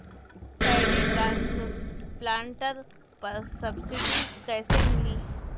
Paddy transplanter पर subsidy कैसे मिली?